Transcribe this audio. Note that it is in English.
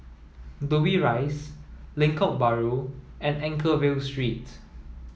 Dobbie Rise Lengkok Bahru and Anchorvale Street